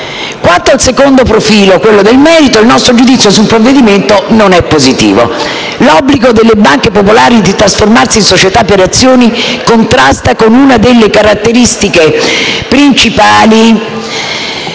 Quanto al secondo profilo, quello del merito, il nostro giudizio sul provvedimento non è positivo. L'obbligo delle banche popolari di trasformarsi in società per azioni contrasta con una delle caratteristiche principali